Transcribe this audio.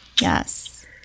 Yes